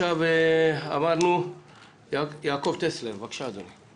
אמרנו יעקב טסלר, בבקשה אדוני.